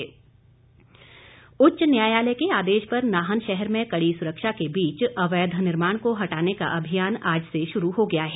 अतिक्रमण उच्च न्यायालय के आदेश पर नाहन शहर में कड़ी सुरक्षा के बीच अवैध निर्माण को हटाने का अभियान आज से शुरू हो गया है